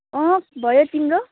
अँ भयो तिम्रो